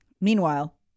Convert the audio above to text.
Meanwhile